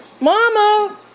Mama